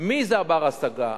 מי זכאי לדיור בר-השגה,